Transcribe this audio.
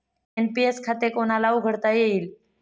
NPS खाते कोणाला उघडता येईल?